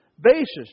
basis